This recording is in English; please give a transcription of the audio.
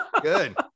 good